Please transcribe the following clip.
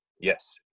yes